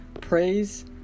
Praise